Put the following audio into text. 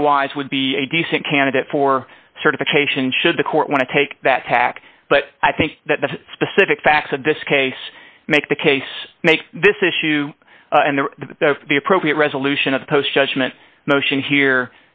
otherwise would be a decent candidate for certification should the court want to take that tack but i think that the specific facts of this case make the case make this issue and the the the appropriate resolution of the post judgment motion here